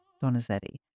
Donizetti